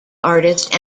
artist